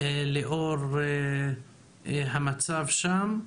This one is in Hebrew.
לאור המצב שם.